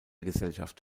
gesellschaft